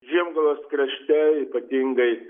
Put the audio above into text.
žiemgalos krašte ypatingai